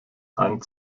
ein